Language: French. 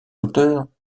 auteurs